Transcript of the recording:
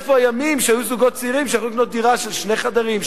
איפה הימים שהיו זוגות צעירים שיכלו לקנות דירה של שני חדרים,